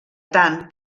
tant